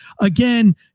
again